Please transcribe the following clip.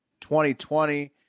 2020